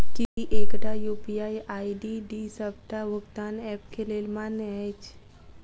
की एकटा UPI ID D सबटा भुगतान ऐप केँ लेल मान्य अछि?